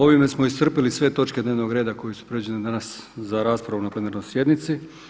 Ovime smo iscrpili sve točke dnevnog reda koje su prijeđene danas za raspravu na plenarnoj sjednici.